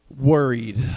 worried